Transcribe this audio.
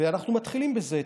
ואנחנו מתחילים בזה.